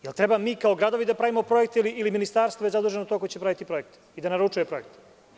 Jel treba mi kao gradovi da pravimo projekte ili je ministarstvo zaduženo za pravljenje projekata i da naručuje projekte?